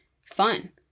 fun